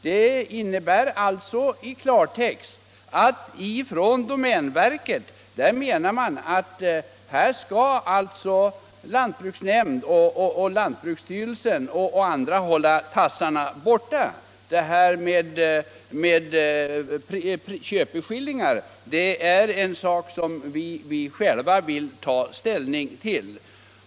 Det innebär i klartext att domänverket menar att lantbruksnämnd, lantbruksstyrelsen och andra instanser skall hålla tassarna borta. Köpeskillingarna vill verket självt ta ställning till.